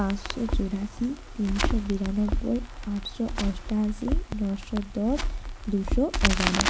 পাঁচশো চুরাশি তিনশো বিরানব্বই আটশো অষ্টাশি নশো দশ দুশো এগারো